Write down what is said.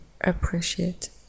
appreciate